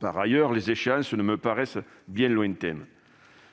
Par ailleurs, les échéances me paraissent bien lointaines.